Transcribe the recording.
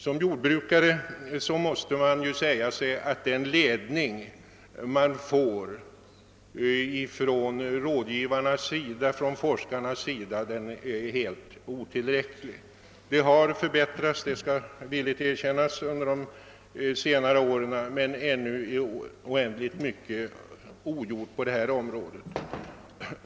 Som jordbrukare kan man konstatera att den ledning som ges från forskarnas sida är helt otillräcklig. Jag skall villigt erkänna att det skett en förbättring under senare år, men det återstår ännu mycket att göra på detta område.